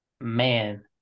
Man